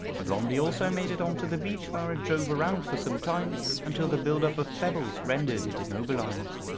blondie also made it onto the beach where it drove around for some time until the build-up of pebbles rendered it immobilized.